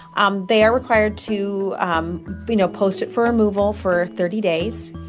um they are required to um you know post it for removal for thirty days,